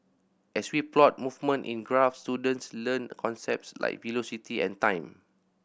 as we plot movement in graphs students learn concepts like velocity and time